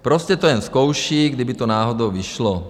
Prostě to jen zkouší, kdyby to náhodou vyšlo.